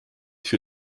für